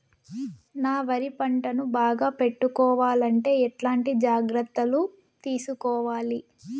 నా వరి పంటను బాగా పెట్టుకోవాలంటే ఎట్లాంటి జాగ్రత్త లు తీసుకోవాలి?